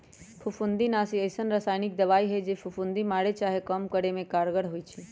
फफुन्दीनाशी अइसन्न रसायानिक दबाइ हइ जे फफुन्दी मारे चाहे कम करे में कारगर होइ छइ